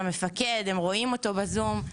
המפקד, הם רואים אותו בזום.